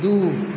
दू